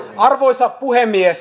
arvoisa puhemies